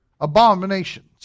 abominations